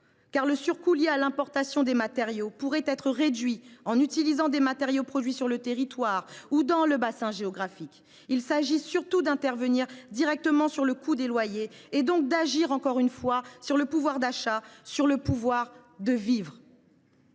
car le surcoût lié à l’importation des matériaux pourrait être réduit en utilisant des ressources produites sur le territoire ou dans le bassin géographique. Il s’agit d’intervenir directement sur le coût des loyers, donc d’agir, une fois encore, sur le pouvoir d’achat, c’est à dire sur le pouvoir de vivre.